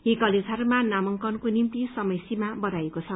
यी कलेजहरूमा नामांकनको निम्ति समय सीमा बढ़ाइएको छ